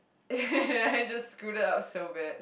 I just screwed up so bad